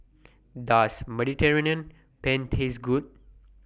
Does Mediterranean Penne Taste Good